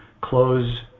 close